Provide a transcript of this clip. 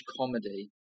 Comedy